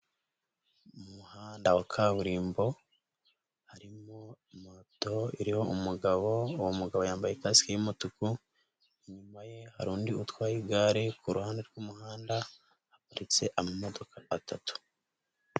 Mu muhanda wa kaburimbo harimo moto iriho umugabo, uwo mugabo yambaye kasike y'umutuku, inyuma ye hari undi utwaye igare, ku ruhande rw'umuhanda haparitse amamodoka atatu.